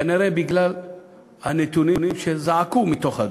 כנראה בגלל הנתונים שזעקו מתוך הדוח,